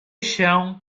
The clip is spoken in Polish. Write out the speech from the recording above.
się